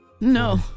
No